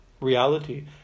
reality